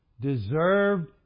deserved